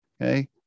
Okay